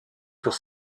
pour